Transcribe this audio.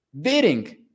beating